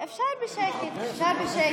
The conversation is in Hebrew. אפשר בשקט, אפשר בנועם.